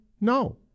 No